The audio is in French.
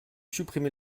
supprimez